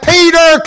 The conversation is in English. Peter